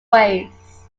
ways